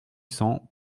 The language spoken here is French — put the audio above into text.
cents